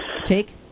take